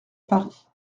paris